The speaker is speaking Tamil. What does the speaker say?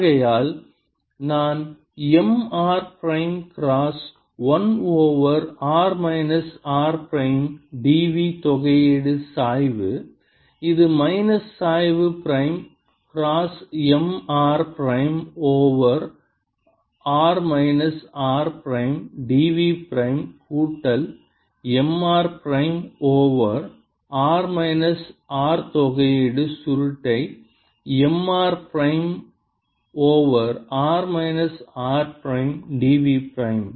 ஆகையால் நான் M r prime cross 1 over r minus r prime dv தொகையீடு சாய்வு இது மைனஸ் சாய்வு prime cross M r prime over r minus r prime dv prime கூட்டல் M r prime over r minus r தொகையீடு சுருட்டை M r prime over r minus r prime dv prime